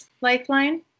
Lifeline